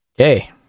Okay